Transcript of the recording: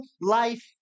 life